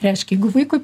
reiškia jeigu vaikui